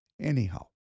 Anyhow